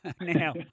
Now